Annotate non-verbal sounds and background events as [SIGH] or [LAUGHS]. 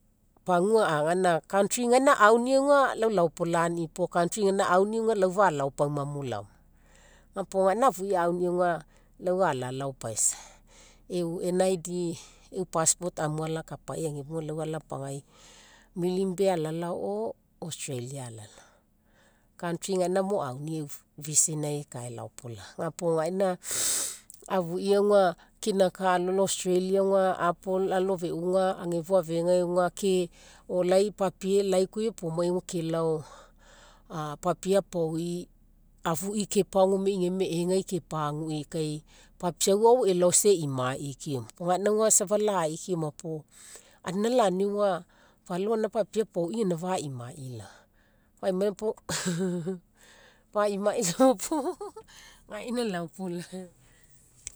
Pagua [HESITATION] country gaina aunii aga lau laopolani po country gaina aunii aga lau falao pauma mo laoma. Ga puo gaina afuii auni aga lau ala lao paisa. E'u nid 'eu passport amu alakapai agefua lau alapagai milne bay ala lao or australia ala lao. Country gaina mo aunii e'u vision ai ekae laopolani ga puo gaina [NOISE] afuii aga keinaka alo lao australia aga apple alo feuga efua afegai ke or lai papie lai koa iopomai aga kelao papie apaoi afuii kepagome gae me'egai kepagui kai papiau ao elao isa e'imai keoma. Ga gaina safa laii keoma anina lani aga falao gaina papiau apaoi gaina fa'imai laoma. Fa'imai pau [LAUGHS] fa'imai laoma [LAUGHS] po gaina laopolaga.